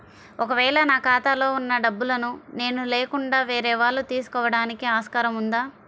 ఒక వేళ నా ఖాతాలో వున్న డబ్బులను నేను లేకుండా వేరే వాళ్ళు తీసుకోవడానికి ఆస్కారం ఉందా?